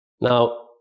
now